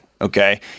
Okay